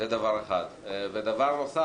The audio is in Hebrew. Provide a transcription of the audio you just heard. דבר נוסף